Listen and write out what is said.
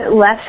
less